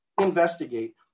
investigate